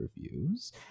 reviews